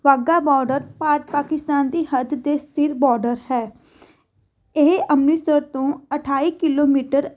Wagah border Bharat Pakistan ਦੀ ਹੱਦ 'ਤੇ ਸਥਿਤ ਬੋਡਰ ਹੈ ਇਹ ਅੰਮ੍ਰਿਤਸਰ ਤੋਂ ਅਠਾਈ ਕਿਲੋਮੀਟਰ